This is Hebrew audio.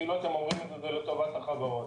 כאילו אתם אומרים את זה לטובת החברות.